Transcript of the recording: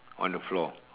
on the floor